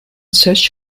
search